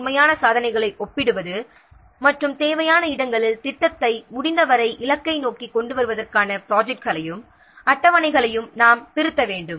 உண்மையான சாதனைகளை அட்டவணைக்கு எதிராக ஒப்பிட வேண்டும் மற்றும் தேவையான இடங்களில் முடிந்தவரை ப்ராஜெக்ட்டின் இலக்கை நோக்கி கொண்டு வருவதற்கான அட்டவணைகளை நாம் திருத்த வேண்டும்